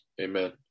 amen